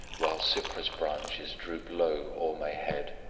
while cypress branches droop low o'er my head,